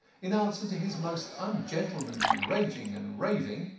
in answer to his most ungentlemanly raging and raving,